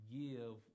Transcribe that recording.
give